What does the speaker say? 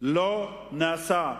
לא נעשה.